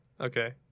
Okay